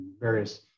various